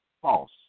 false